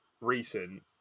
recent